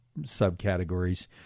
subcategories